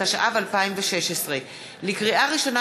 התשע"ו 2016. לקריאה ראשונה,